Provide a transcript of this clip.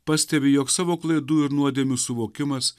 pastebi jog savo klaidų ir nuodėmių suvokimas